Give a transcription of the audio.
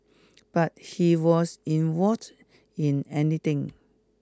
but he was involved in anything